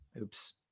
oops